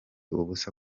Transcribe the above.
ubusa